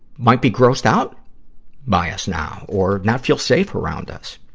might be grossed out by us now, or not feel safe around us.